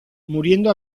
muriendo